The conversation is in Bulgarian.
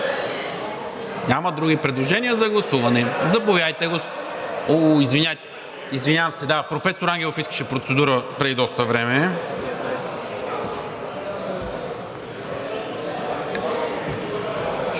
Няма други предложения за гласуване.